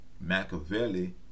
Machiavelli